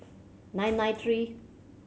nine nine three